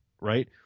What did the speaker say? right